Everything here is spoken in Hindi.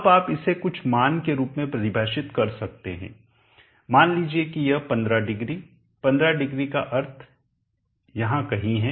अब आप इसे कुछ मान के रूप में परिभाषित कर सकते हैं मान लीजिए कि यह 150 150 का अर्थ यहाँ कहीं है